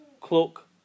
cloak